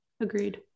Agreed